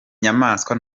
nyamaswa